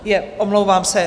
Jé, omlouvám se.